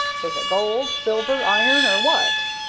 was it gold, silver, iron, or what?